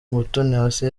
umutoniwase